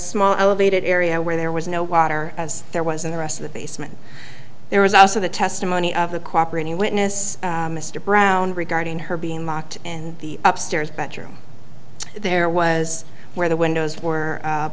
small elevated area where there was no water as there was in the rest of the basement there was also the testimony of the cooperating witness mr brown regarding her being locked in the upstairs bedroom there was where the windows were